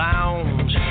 Lounge